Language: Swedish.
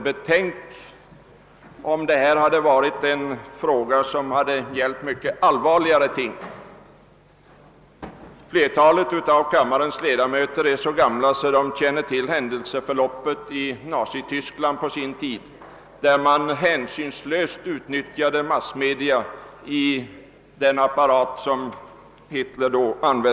Betänk om det hade rört sig om en fråga som gällt mycket allvarligare ting. Flertalet av kammarens ledamöter är så gamla att de känner händelseförloppet i Nazityskland, där massmedia hänsynslöst utnyttjades i Hitlers maktapparat.